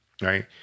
right